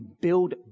build